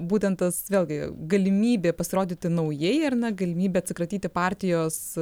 būtent tas vėlgi galimybė pasirodyti naujai ar ne galimybė atsikratyti partijos